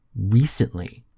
recently